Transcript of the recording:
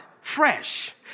fresh